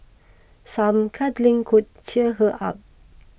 some cuddling could cheer her up